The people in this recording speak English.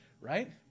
Right